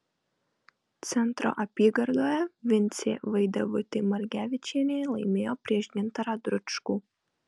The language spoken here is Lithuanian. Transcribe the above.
centro apygardoje vincė vaidevutė margevičienė laimėjo prieš gintarą dručkų